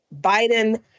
Biden